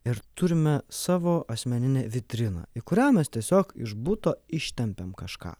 ir turime savo asmeninę vitriną į kurią mes tiesiog iš buto ištempiam kažką